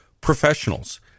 professionals